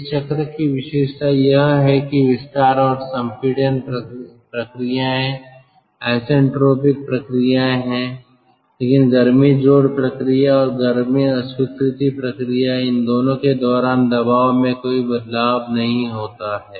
इस चक्र की विशेषता यह है कि विस्तार और संपीडन प्रक्रियाएँ आइसेंट्रोपिक प्रक्रियाएँ हैं लेकिन गर्मी जोड़ प्रक्रिया और गर्मी अस्वीकृति प्रक्रिया इन दोनों के दौरान दबाव में कोई बदलाव नहीं होता हैं